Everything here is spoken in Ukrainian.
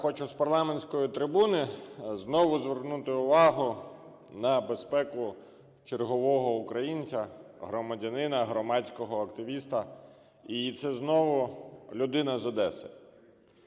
Я хочу з парламентської трибуни знову звернути увагу на безпеку чергового українця, громадянина, громадського активіста, і це знову людина з Одеси.